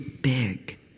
big